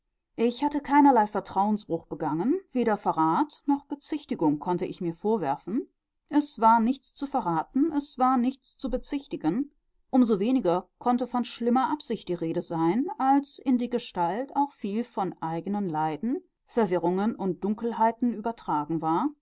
ich hatte keinerlei vertrauensbruch begangen weder verrat noch bezichtigung konnte ich mir vorwerfen es war nichts zu verraten es war nichts zu bezichtigen um so weniger konnte von schlimmer absicht die rede sein als in die gestalt auch viel von eigenen leiden verwirrungen und dunkelheiten übertragen war